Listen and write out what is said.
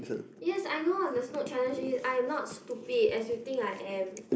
yes I know what the snoot challenge is I am not stupid as you think I am